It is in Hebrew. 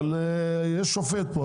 יש שופט פה,